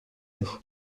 nous